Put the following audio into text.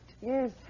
Yes